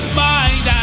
mind